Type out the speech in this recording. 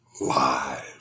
live